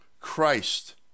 christ